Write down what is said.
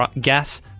gas